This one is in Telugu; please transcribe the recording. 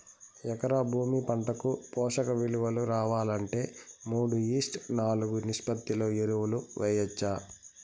ఎకరా భూమి పంటకు పోషక విలువలు రావాలంటే మూడు ఈష్ట్ నాలుగు నిష్పత్తిలో ఎరువులు వేయచ్చా?